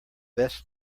best